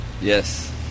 Yes